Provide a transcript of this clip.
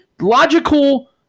logical